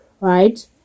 right